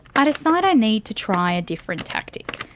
i decide i need to try a different tactic.